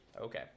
Okay